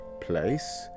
place